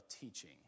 teaching